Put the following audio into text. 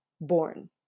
born